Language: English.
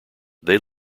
they